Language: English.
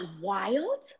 wild